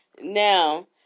Now